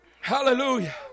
Hallelujah